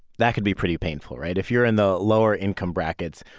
that could be pretty painful, right? if you're in the lower income brackets,